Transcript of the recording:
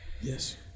Yes